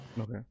Okay